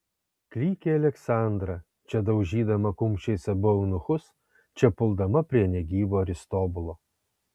klykė aleksandra čia daužydama kumščiais abu eunuchus čia puldama prie negyvo aristobulo